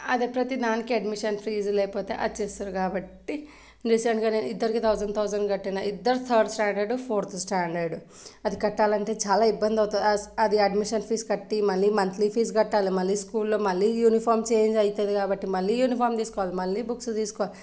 అదే ప్రతి దానికి అడ్మిషన్ ఫీజు లేకపోతే వచ్చేస్తుర్రు కాబట్టి రీసెంట్గా నేను ఇద్దరికి థౌసండ్ థౌసండ్ కట్టిన ఇద్దరు థర్డ్ స్టాండర్డ్ ఫోర్త్ స్టాండర్డ్ అది కట్టాలి అంటే చాలా ఇబ్బంది అవుతుంది అది అడ్మిషన్ ఫీజు కట్టి మళ్ళీ మంత్లీ ఫీజు కట్టాలి మళ్ళీ స్కూల్ లో మళ్ళీ యూనిఫాం చేంజ్ అవుతుంది కాబట్టి మళ్ళీ యూనిఫాం తీసుకోవాలి మళ్ళీ బుక్స్ తీసుకోవాలి